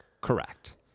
Correct